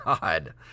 God